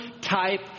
type